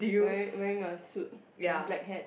wearing wearing a suit in black hat